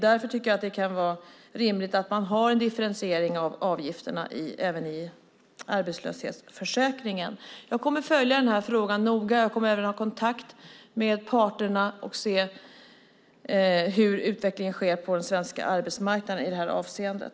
Därför tycker jag att det kan vara rimligt att ha en differentiering av avgifterna även i arbetslöshetsförsäkringen. Jag kommer att noga följa denna fråga. Jag kommer också att ha kontakt med parterna för att se hur utvecklingen blir på den svenska arbetsmarknaden i det avseendet.